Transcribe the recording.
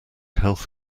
health